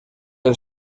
del